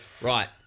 right